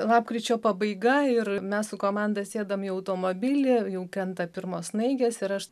lapkričio pabaiga ir mes su komanda sėdam į automobilį jau krenta pirmos snaigės ir aš